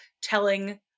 telling